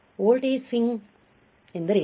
voltage swing ಎಂದರೇನು